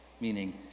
meaning